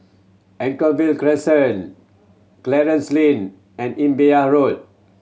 Anchorvale Crescent Clarence Lane and Imbiah Road